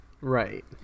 Right